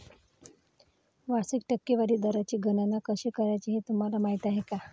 वार्षिक टक्केवारी दराची गणना कशी करायची हे तुम्हाला माहिती आहे का?